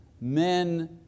Men